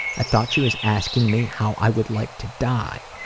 i thought she was asking me how i would like to die,